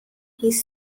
his